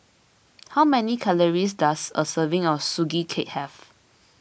how many calories does a serving of Sugee Cake have